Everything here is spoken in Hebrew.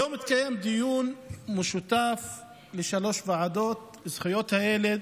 היום התקיים דיון משותף לשלוש ועדות: זכויות הילד,